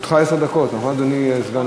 לרשותך עשר דקות, נכון, אדוני המזכיר?